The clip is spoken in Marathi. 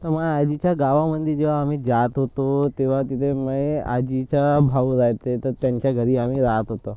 तर माझ्या आजीच्या गावामध्ये जेव्हा आम्ही जात होतो तेव्हा तिथं माह्या आजीचा भाऊ रहायचे तर त्यांच्या घरी आम्ही रहात होतो